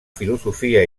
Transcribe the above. filosofia